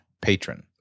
patron